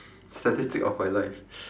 statistics of my life